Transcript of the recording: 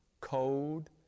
cold